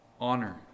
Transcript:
honor